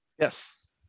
yes